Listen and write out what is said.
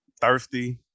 thirsty